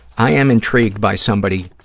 i am intrigued by somebody